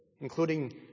including